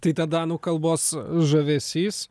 tai ta danų kalbos žavesys